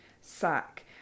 sack